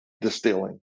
distilling